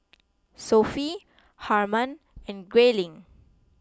Sophie Harman and Grayling